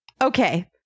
okay